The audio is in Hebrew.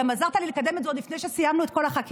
גם עזרת לי לקדם את זה עוד לפני שסיימנו את כל החקיקה.